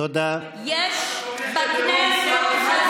תומכי טרור, את תומכת טרור מספר אחת.